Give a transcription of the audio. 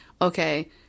okay